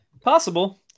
Possible